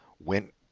went